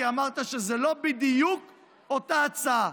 כי אמרת שזה לא בדיוק אותה הצעה.